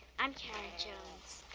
i'm karen jones.